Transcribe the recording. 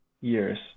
years